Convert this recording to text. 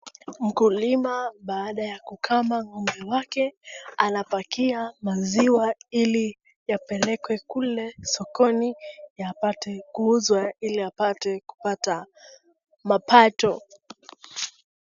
Mkulima baada ya kukama ngombe wake anapakia maziwa ili yapelekwe kule sokoni yapate kuuzwa ili apate kupata mapato.